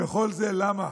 וכל זה למה,